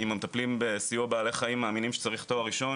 אם המטפלים בסיוע בעלי חיים מאמינים שצריך תואר ראשון,